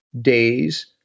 days